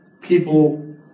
people